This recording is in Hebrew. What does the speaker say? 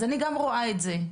אז אני גם רואה את זה.